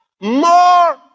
More